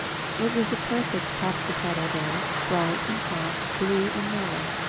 it was a perfect popsipetel day, bright and hot, blue and yellow.